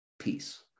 peace